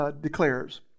declares